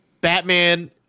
Batman